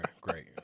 Great